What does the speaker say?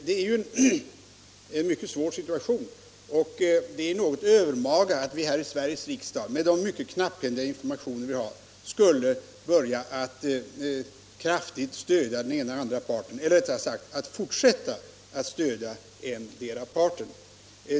Det är ju en mycket svår situation, och det är då något övermaga att vi här i Sveriges riksdag, med de mycket knapphändiga informationer vi har, skulle kraftigt stödja den ena parten — eller rättare fortsätta stödja den ena parten.